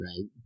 right